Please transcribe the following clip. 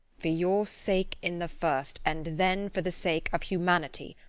for your sake in the first, and then for the sake of humanity.